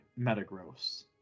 Metagross